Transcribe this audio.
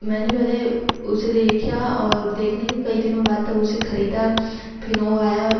मैंने पहले उसे देखा और देखने के कई दिनों बाद तब उसे ख़रीदा फिर वो आया